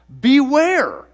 Beware